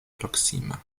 proksima